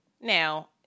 now